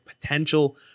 potential